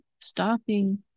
stopping